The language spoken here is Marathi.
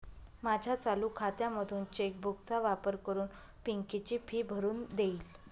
माझ्या चालू खात्यामधून चेक बुक चा वापर करून पिंकी ची फी भरून देईल